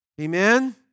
Amen